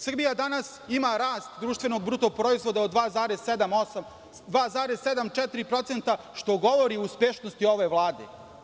Srbija danas ima rast društvenog bruto proizvoda od 2,7, osam, 2,7, četiri procenta što govori o uspešnosti ove Vlade.